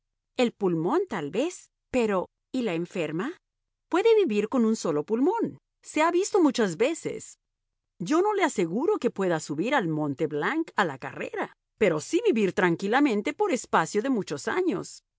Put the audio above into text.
el pulmón tal vez pero y la enferma puede vivir con un solo pulmón se ha visto muchas veces yo no le aseguro que pueda subir al mont blanc a la carrera pero sí vivir tranquilamente por espacio de muchos años